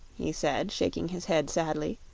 he said, shaking his head sadly.